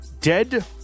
Dead